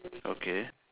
okay